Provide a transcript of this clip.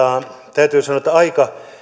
täytyy sanoa että aika